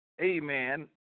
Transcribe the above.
Amen